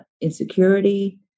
insecurity